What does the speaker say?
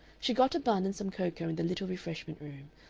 she got a bun and some cocoa in the little refreshment-room,